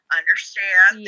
understand